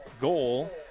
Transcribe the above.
goal